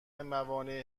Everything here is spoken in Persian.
موانع